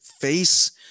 face